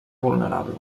vulnerable